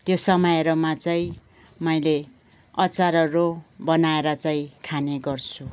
त्यो समयहरूमा चाहिँ मैले अचारहरू बनाएर चाहिँ खाने गर्छु